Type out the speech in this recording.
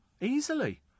Easily